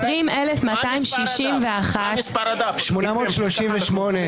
בערך שש-שבע הצבעות כאלה.